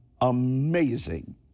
amazing